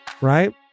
right